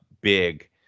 big